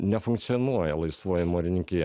nefunkcionuoja laisvoji mūrininkija